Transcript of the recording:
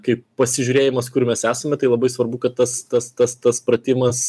kaip pasižiūrėjimas kur mes esame tai labai svarbu kad tas tas tas tas pratimas